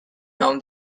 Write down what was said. down